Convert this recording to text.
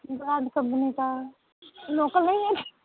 brand company का है local नहीं है